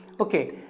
Okay